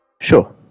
Sure